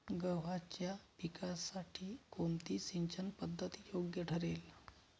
गव्हाच्या पिकासाठी कोणती सिंचन पद्धत योग्य ठरेल?